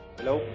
hello